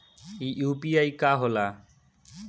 ई यू.पी.आई का होला?